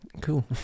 cool